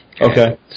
Okay